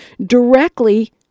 directly